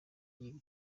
yiga